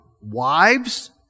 wives